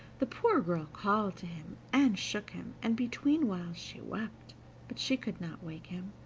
the poor girl called to him, and shook him, and between whiles she wept but she could not wake him.